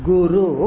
Guru